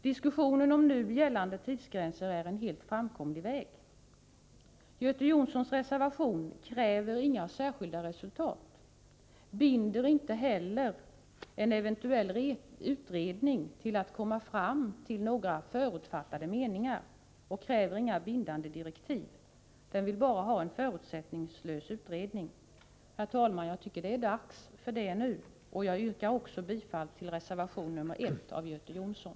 Diskussionen om nu gällande tidsgränser är en helt framkomlig väg. Göte Jonssons reservation kräver inga särskilda resultat, binder inte heller en eventuell utredning till att komma fram till några förutfattade meningar och kräver inga bindande direktiv. Där finns bara önskemål om en förutsättningslös utredning. Herr talman! Jag tycker att det är dags för det nu och jag yrkar bifall till reservation nr 1 av Göte Jonsson.